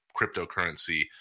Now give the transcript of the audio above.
cryptocurrency